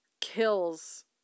kills